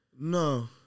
No